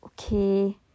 okay